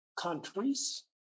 countries